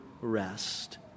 rest